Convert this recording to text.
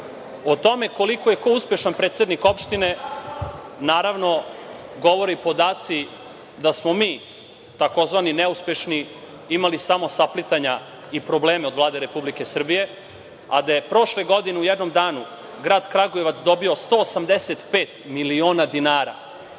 tome koliko je ko uspešan predsednik opštine, naravno, govore podaci da smo mi tzv. neuspešni imali samo saplitanja i probleme od Vlade Republike Srbije, a da je prošle godine u jednom danu grad Kragujevac dobio 185 miliona dinara.